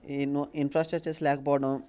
ఈ no infrastructures లేకపోవడం